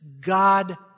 God